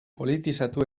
politizatu